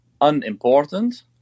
unimportant